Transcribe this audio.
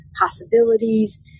possibilities